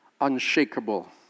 Unshakable